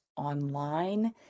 online